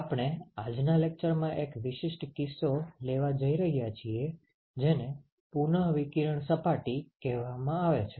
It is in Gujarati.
આપણે આજના લેકચરમાં એક વિશિષ્ટ કિસ્સો લેવા જઈ રહ્યા છીએ જેને પુનઃવિકિરણ સપાટી કહેવામાં આવે છે